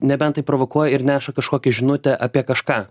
nebent tai provokuoja ir neša kažkokią žinutę apie kažką